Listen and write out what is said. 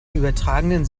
übertragenen